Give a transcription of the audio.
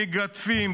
מגדפים,